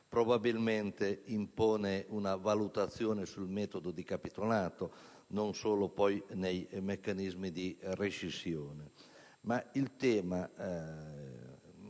probabilmente imporrebbe una valutazione sul metodo di capitolato, non solo nei meccanismi di rescissione.